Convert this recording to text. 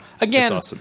again